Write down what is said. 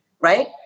right